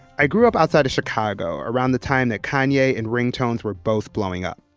i grew up outside of chicago around the time that kanye and ringtones were both blowing up.